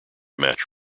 match